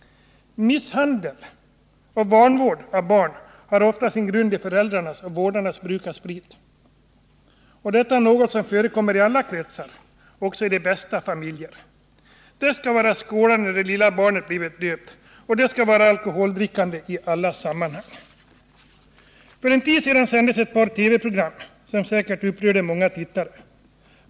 Misshandel och vanvård av barn har ofta sin grund i föräldrarnas och vårdarnas bruk av sprit. Och detta är något som förekommer i alla kretsar, också i de bästa familjer. Det skall vara skålar när det lilla barnet blivit döpt, och det skall vara alkoholdrickande i alla sammanhang. För en tid sedan sändes ett par TV-program som säkert upprörde många tittare.